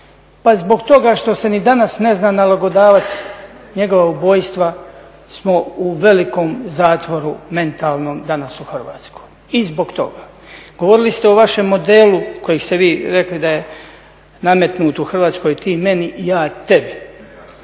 Pa zbog toga što se ni danas ne zna nalogodavac njegova ubojstva smo u velikom zatvoru mentalnom danas u Hrvatskoj i zbog toga. Govorili ste o vašem modelu koji ste vi rekli da je nametnut u Hrvatskoj "ti meni, ja sebi",